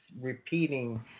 Repeating